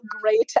great